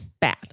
Bad